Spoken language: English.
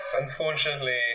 unfortunately